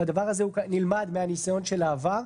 והדבר הזה נלמד מהניסיון של העבר.